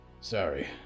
Sorry